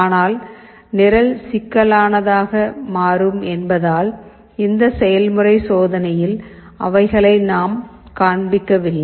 ஆனால் நிரல் சிக்கலானதாக மாறும் என்பதால் இந்த செய்முறை சோதனையில் அவைகளை நாம் காண்பிக்கவில்லை